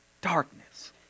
darkness